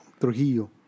Trujillo